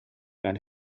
and